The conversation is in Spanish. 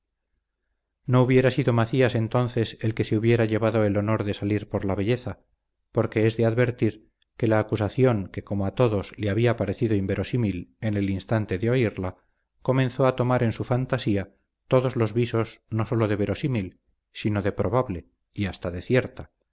no hubiera sido macías entonces el que se hubiera llevado el honor de salir por la belleza porque es de advertir que la acusación que como a todos le había parecido inverosímil en el instante de oírla comenzó a tomar en su fantasía todos los visos no sólo de verosímil sino de probable y hasta